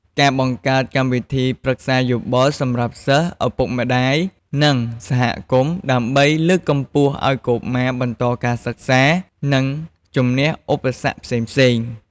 បង្កើតកម្មវិធីប្រឹក្សាយោបល់សម្រាប់សិស្ស ឪពុកម្តាយ និងសហគមន៍ ដើម្បីលើកទឹកចិត្តឱ្យកុមារបន្តការសិក្សា និងជម្នះឧបសគ្គផ្សេងៗ។